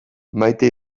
maite